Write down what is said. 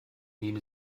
nehme